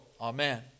Amen